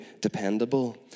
dependable